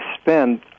spend